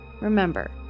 Remember